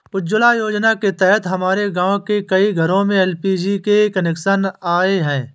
उज्ज्वला योजना के तहत हमारे गाँव के कई घरों में एल.पी.जी के कनेक्शन आए हैं